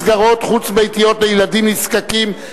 מסגרות חוץ-ביתיות לילדים נזקקים),